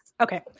Okay